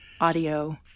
audio